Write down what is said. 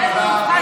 זה מה שצפוי,